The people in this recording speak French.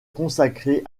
consacrer